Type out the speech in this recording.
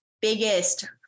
biggest